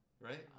Right